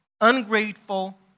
ungrateful